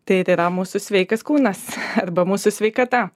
tai yra mūsų sveikas kūnas arba mūsų sveikata